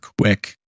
quick